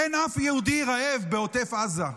אין אף יהודי רעב בעוטף עזה,